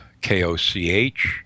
K-O-C-H